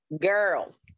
girls